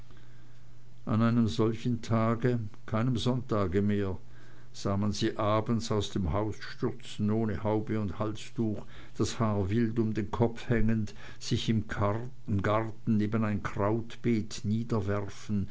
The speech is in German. an einem solchen tage keinem sonntage mehr sah man sie abends aus dem hause stürzen ohne haube und halstuch das haar wild um den kopf hängend sich im garten neben ein krautbeet